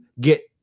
get